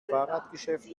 fahrradgeschäft